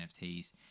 NFTs